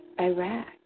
Iraq